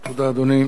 תודה, אדוני.